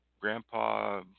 Grandpa